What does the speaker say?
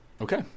Okay